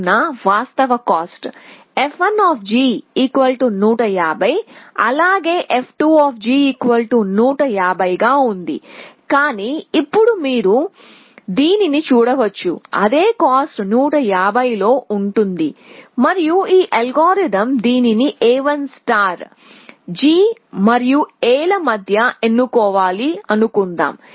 వాస్తవ cost f1150 అలాగే f2150 గా ఉంది కానీ ఇప్పుడు మీరు దీనిని చూడవచ్చు అదే కాస్ట్ 150 తో ఉంటుంది మరియు ఈ అల్గోరిథం దీనిని A1 G మరియు A ల మధ్య ఎన్నుకోవాలి అనుకుందాము